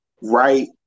right